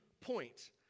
point